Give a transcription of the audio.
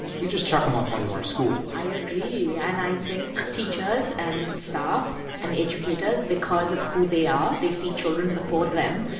we just chuck them off onto our schools i agree. and i think teachers and staff and educators, because of who they are, they see children before them,